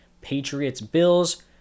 Patriots-Bills